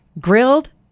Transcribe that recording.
grilled